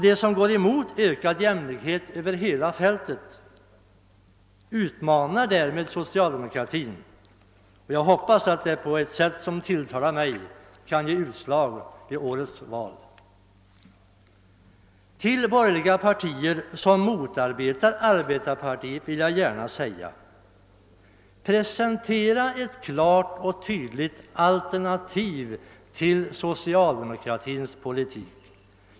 De som går emot ökad jämlikhet över hela fältet utmanar därmed socialdemokratin, och jag hoppas att detta på ett sätt som tilltalar mig skall ge utslag i årets val. Till de borgerliga partier som motarbetar arbetarpartiet vill jag gärna säga: Presentera ett klart och tydligt alternativ till socialdemokratins politik!